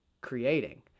creating